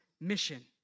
mission